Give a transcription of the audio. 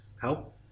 help